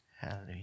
Hallelujah